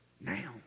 Now